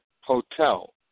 hotel